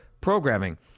programming